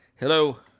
Hello